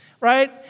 Right